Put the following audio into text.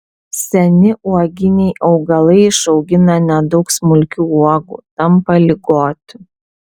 seni uoginiai augalai išaugina nedaug smulkių uogų tampa ligoti